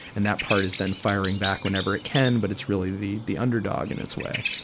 and that part is then firing back whenever it can, but it's really the, the underdog in its way.